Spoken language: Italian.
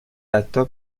letto